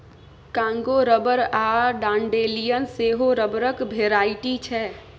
Congo rubber आ dandelion सेहो रबरक भेराइटी छै